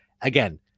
Again